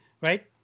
Right